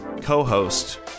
co-host